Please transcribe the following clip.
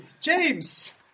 James